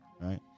right